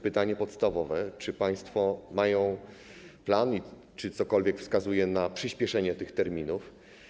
Pytanie podstawowe: Czy państwo mają plan i czy cokolwiek wskazuje na przyspieszenie tych terminów?